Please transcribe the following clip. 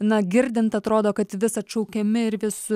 na girdint atrodo kad vis atšaukiami ir vis